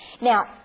Now